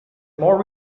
more